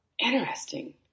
Interesting